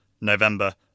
November